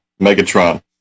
Megatron